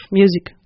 music